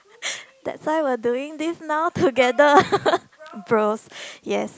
that's why we're doing this now together bros yes